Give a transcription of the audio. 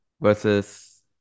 versus